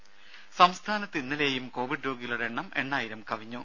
ദേദ സംസ്ഥാനത്ത് ഇന്നലെയും കോവിഡ് രോഗികളുടെ എണ്ണം എണ്ണായിരം കവിഞ്ഞു